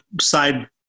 side